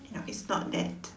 ya it's not that